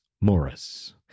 Morris